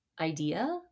idea